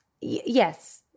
yes